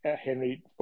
Henry